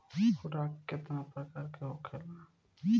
खुराक केतना प्रकार के होखेला?